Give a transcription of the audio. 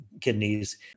kidneys